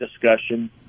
discussion